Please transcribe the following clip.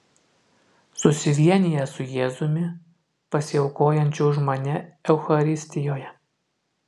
susivienijęs su jėzumi pasiaukojančiu už mane eucharistijoje